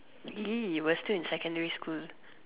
he was still in secondary school